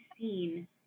seen